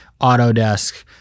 autodesk